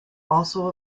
also